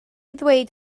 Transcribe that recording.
ddweud